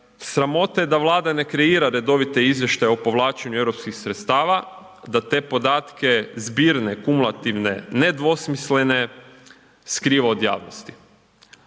Sramota je da Vlada ne kreira redovite izvještaje o povlačenju eu sredstava, da te podatke zbirne, kumulativne, ne dvosmislene skriva od javnosti.